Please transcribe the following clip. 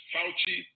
Fauci